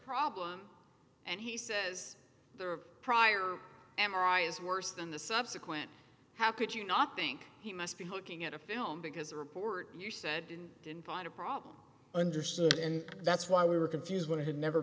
problem and he says there are prior m r i is worse than the subsequent how could you not think he must be hooking at a film because a report you said didn't find a problem understood and that's why we were confused when i had never